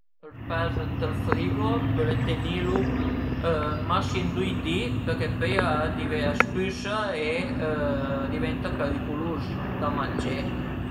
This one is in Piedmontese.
Ël pes ënt ël frigo pöle tenilu masim düi di përché pöi a diven a spüsa e a diventa periculus da mangé